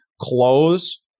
close